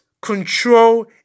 control